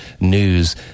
news